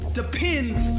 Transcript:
depends